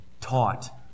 taught